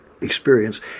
experience